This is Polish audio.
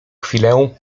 chwilę